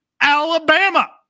Alabama